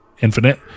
Infinite